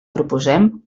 proposem